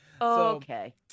Okay